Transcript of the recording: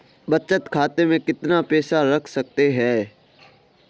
बचत खाते में कितना पैसा रख सकते हैं?